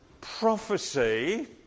prophecy